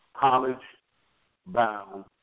college-bound